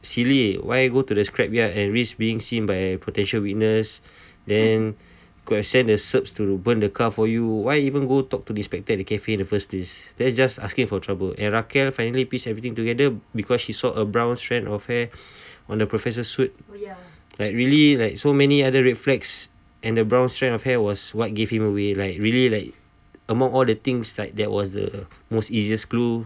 silly why go to the scrap yard and risks being seen by potential witness then could have sent the serbs to burn the car for you why even go talk to the inspector at the cafe in the first place that's just asking for trouble and raquel finally puts everything together because she saw a brown strand of hair on the professor suit like really like so many other red flags and the brown strand of hair was what gave him away like really like among all the things like that was the most easiest clue